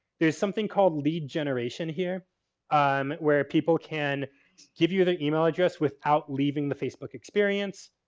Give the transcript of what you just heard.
there's something called lead generation here um where people can give you the email address without leaving the facebook experience.